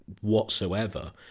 whatsoever